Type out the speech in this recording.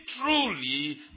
truly